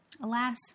Alas